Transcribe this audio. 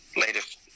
latest